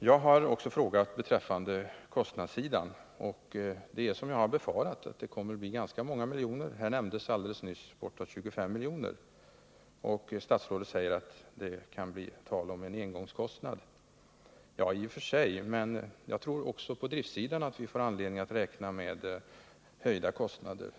Jag har också frågat beträffande kostnadssidan. Det är som jag har befarat — att det kommer att kosta ganska många miljoner. Här nämndes alldeles nyss att det blir bortåt 25 milj.kr. Statsrådet säger att det kan bli tal om en engångskostnad. Ja, i och för sig. Men jag tror att vi får anledning att räkna med höjda kostnader också på driftsidan.